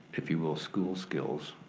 if you will, school skills.